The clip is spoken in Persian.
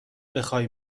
بخوای